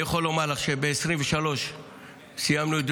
אני יכול לומר לך שב-2023 סיימנו את